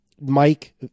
Mike